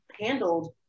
handled